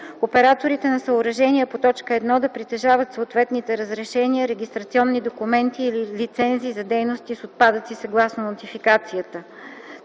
операторите на съоръжения по т. 1 да притежават съответните разрешения, регистрационни документи или лицензи за дейности с отпадъци съгласно нотификацията;